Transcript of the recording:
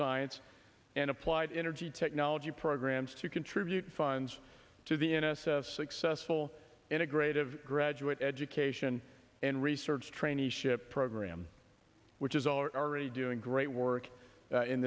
science and applied energy technology programs to contribute funds to the n s f successful integrative graduate education and research traineeship program which is already doing great work